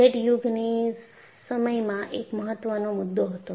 jet યુગની સમયમાં એક મહત્વનો મુદ્દો હતો